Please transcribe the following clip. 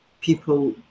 people